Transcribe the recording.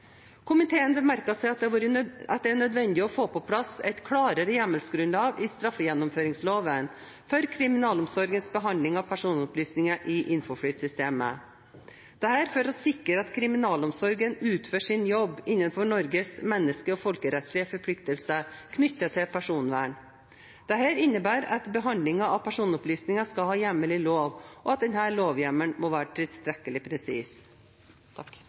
Komiteen bemerker at det er nødvendig å få på plass et klarere hjemmelsgrunnlag i straffegjennomføringsloven for kriminalomsorgens behandling av personopplysninger i Infoflyt-systemet, dette for å sikre at kriminalomsorgen utfører sin jobb innenfor Norges menneskerettslige og folkerettslige forpliktelser knyttet til personvern. Dette innebærer at behandlingen av personopplysninger skal ha hjemmel i lov, og at denne lovhjemmelen må være tilstrekkelig presis.